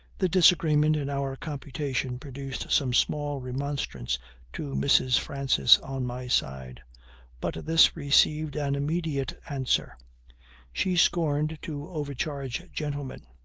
the disagreement in our computation produced some small remonstrance to mrs. francis on my side but this received an immediate answer she scorned to overcharge gentlemen